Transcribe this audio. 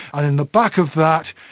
on and the back of that,